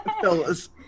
Fellas